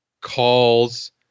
calls